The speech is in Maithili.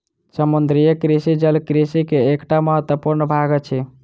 समुद्रीय कृषि जल कृषि के एकटा महत्वपूर्ण भाग अछि